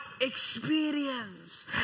experience